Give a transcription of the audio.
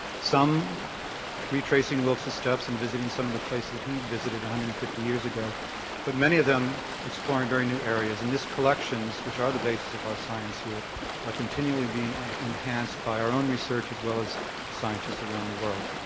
some retracing wilkes's steps and visiting some of the places he visited one hundred and fifty years ago but many of them exploring very new areas and this collections, which are the basis of our science here are continually being enhanced by our own research as well as scientists around the world.